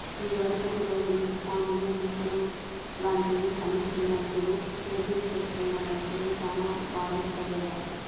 ఇదివరకటి రోజుల్లో తుఫాన్లు, ముసురు లాంటివి అలుముకున్నప్పుడు సేద్యం చేస్తున్న రైతులు చానా బాధలు పడేవాళ్ళు